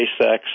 SpaceX